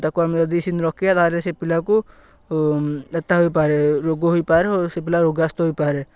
ତାକୁ ଆମେ ଯଦି ସେମିତି ରଖିବା ତା'ହେଲେ ସେ ପିଲାକୁ ଏତା ହୋଇପାରେ ରୋଗ ହୋଇପାରେ ଓ ସେ ପିଲା ରୋଗଗ୍ରସ୍ତ ହୋଇପାରେ